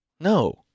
No